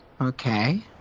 Okay